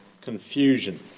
confusion